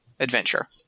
adventure